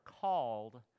called